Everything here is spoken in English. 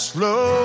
Slow